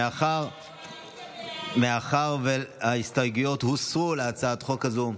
מאחר שההסתייגויות להצעת חוק זו הוסרו,